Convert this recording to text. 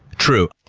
true.